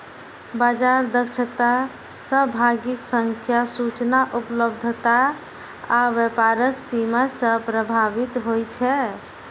बाजार दक्षता सहभागीक संख्या, सूचना उपलब्धता आ व्यापारक सीमा सं प्रभावित होइ छै